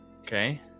okay